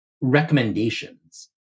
recommendations